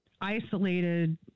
isolated